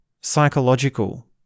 psychological